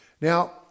Now